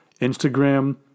Instagram